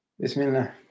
Bismillah